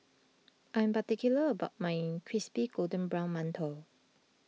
I am particular about my Crispy Golden Brown Mantou